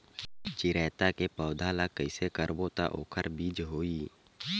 चिरैता के पौधा ल कइसे करबो त ओखर बीज होई?